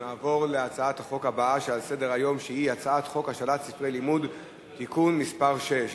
אני קובע שהצעת חוק איסור הלבנת הון (תיקון מס' 10),